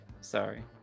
Sorry